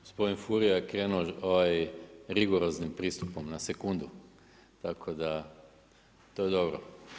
Gospodin Furio je krenuo rigoroznim pristupom na sekundu, tako da to je dobro.